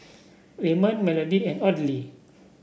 Raymond Melodie and Audley